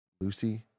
Lucy